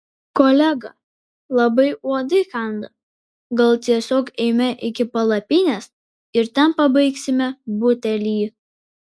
kolega labai uodai kanda gal tiesiog eime iki palapinės ir ten pabaigsime butelį